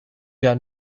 got